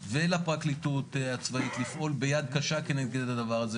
ולפרקליטות הצבאית לפעול ביד קשה נגד הדבר הזה.